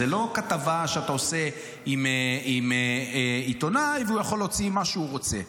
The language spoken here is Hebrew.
זו לא כתבה שאתה עושה עם עיתונאי והוא יכול להוציא מה שהוא רוצה: